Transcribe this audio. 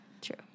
True